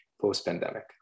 post-pandemic